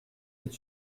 est